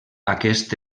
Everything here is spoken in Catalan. aquest